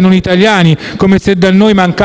non italiani, come se da noi mancassero